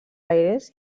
aires